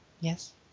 yes